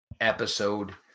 episode